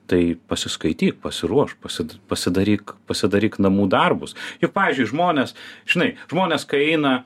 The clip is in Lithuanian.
tai pasiskaityk pasiruošk pasit pasidaryk pasidaryk namų darbus juk pavyzdžiui žmonės žinai žmonės kai eina